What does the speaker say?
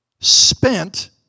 spent